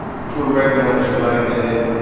you put a record on that you like and then,